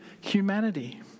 humanity